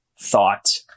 thought